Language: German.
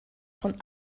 von